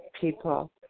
people